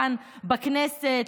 כאן בכנסת,